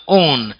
own